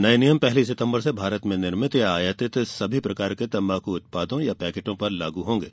नए नियम पहली सितम्बर से भारत में निर्मित या आयातित सभी प्रकार के तम्बाक उत्पादों या पैकेटों पर लागू होंगे